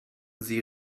sie